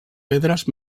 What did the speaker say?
pedres